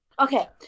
Okay